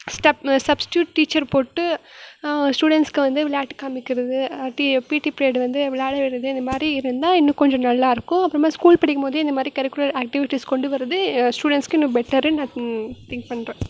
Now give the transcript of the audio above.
stub substitute teacher போட்டு ஸ்டூடண்ட்ஸுக்கு வந்து விளையாட்டு காமிக்கிறது இல்லாட்டி பீட்டி பிரியட் வந்து விளையாட விடுறது இதுமாதிரி இருந்தால் இன்னும் கொஞ்சம் நல்லாயிருக்கும் அப்புறமா ஸ்கூல் படிக்கும்போதே இந்தமாரி கரிக்குலர் ஆக்டிவிட்டீஸ் கொண்டு வரது ஸ்டூடண்ட்ஸுக்கு இன்னும் பெட்டருன்னு நான் திங்க் பண்ணுறேன்